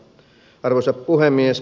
arvoisa puhemies